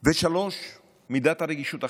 3. מידת הרגישות החברתית.